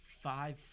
five